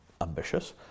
ambitious